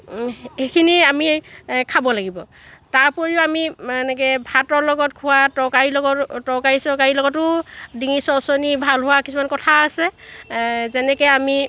সেইখিনি আমি খাব লাগিব তাৰোপৰিও আমি এনেকৈ ভাতৰ লগত খোৱা তৰকাৰী লগত খোৱা তৰকাৰী চৰকাৰী লগতো ডিঙিৰ চৰচৰণি ভাল হোৱা কিছুমান কথা আছে যেনেকৈ আমি